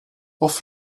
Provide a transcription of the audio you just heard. off